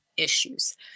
Issues